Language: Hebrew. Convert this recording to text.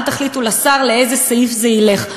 אל תחליטו לשר לאיזה סעיף זה ילך.